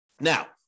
Now